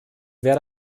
werde